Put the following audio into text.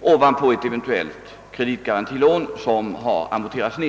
ovanpå ett eventuellt kreditgarantilån, som redan har amorterats ned.